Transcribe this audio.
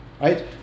Right